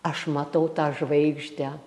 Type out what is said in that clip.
aš matau tą žvaigždę